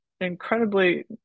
incredibly